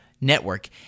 network